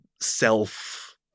self